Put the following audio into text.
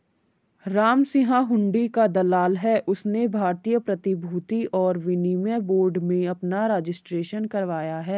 रामसिंह हुंडी का दलाल है उसने भारतीय प्रतिभूति और विनिमय बोर्ड में अपना रजिस्ट्रेशन करवाया है